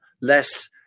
less